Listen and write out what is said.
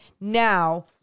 Now